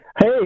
Hey